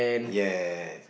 yes